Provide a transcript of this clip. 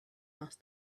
asked